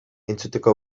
entzuteko